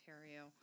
Ontario